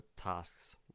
tasks